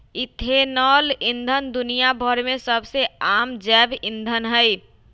ethanol ईंधन दुनिया भर में सबसे आम जैव ईंधन हई